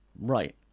right